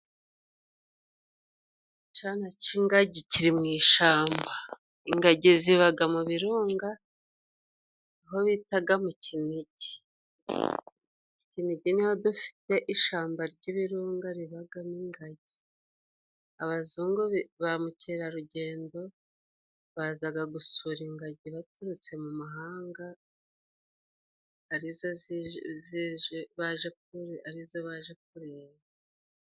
Icana c'ingagi kiri mu ishamba. Ingagi zibaga mu birunga aho bitaga mu Kinigi. Mu Kinigi ni ho dufite ishamba ry'ibirunga ribagamo ingagi. Abazungu ba mukerarugendo bazaga gusura ingagi baturutse mu mahanga, arizo baje kureba.